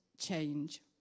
change